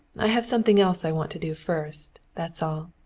i have something else i want to do first. that's all.